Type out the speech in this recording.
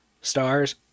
stars